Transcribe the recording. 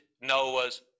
Noah's